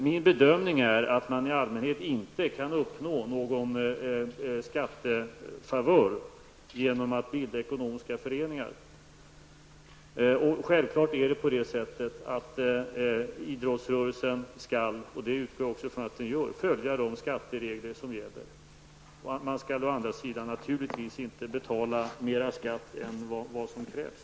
Min bedömning är dock att man i allmänhet inte kan uppnå någon skattefavör genom att bilda ekonomiska föreningar. Idrottsrörelsen skall självfallet -- det utgår jag också ifrån att den gör -- följa de skatteregler som gäller. Man skall dock naturligtvis inte betala mer skatt än vad som krävs.